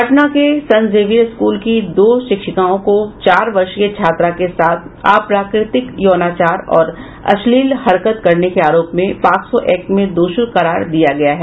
पटना के संत Xavier school की दो शिक्षिकाओं को चार वर्षीय छात्रा के साथ अप्राकृतिक यौनाचार और अश्लील हरकत करने के आरोप में पॉक्सो एक्ट में दोषी करार दिया गया है